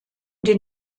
den